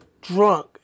Drunk